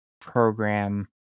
program